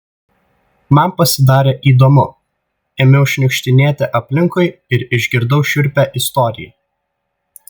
man pasidarė įdomu ėmiau šniukštinėti aplinkui ir išgirdau šiurpią istoriją